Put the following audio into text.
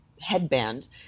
headband